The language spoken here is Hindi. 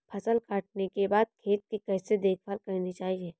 फसल काटने के बाद खेत की कैसे देखभाल करनी चाहिए?